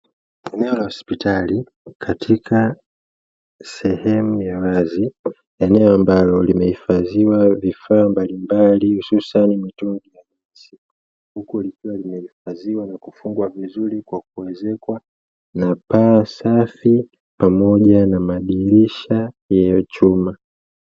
Eneo la hospitali katika sehemu ya wazi. Eneo ambalo limehifadhiwa vifaa mbalimbali hususani mitungi ya gesi, huku likiwa limehifadhiwa na kufungwa vizuri kwa kuezekwa na paa safi pamoja na madirisha yeye chuma.